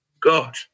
God